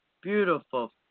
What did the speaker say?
beautiful